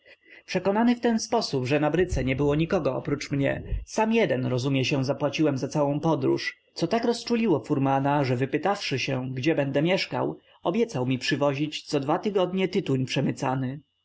przekonany w ten sposób że na bryce nie było nikogo oprócz mnie sam jeden rozumie się zapłaciłem za całą podróż co tak rozczuliło furmana że wypytawszy się gdzie będę mieszkał obiecał mi przywozić co dwa tygodnie tytuń przemycany